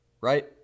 Right